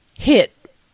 Hit